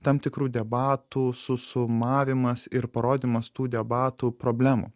tam tikrų debatų susumavimas ir parodymas tų debatų problemų